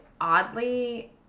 oddly